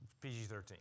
PG-13